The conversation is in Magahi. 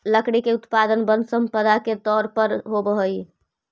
लकड़ी के उत्पादन वन सम्पदा के तौर पर होवऽ हई